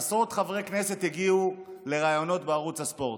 עשרות חברי כנסת הגיעו לראיונות בערוץ הספורט,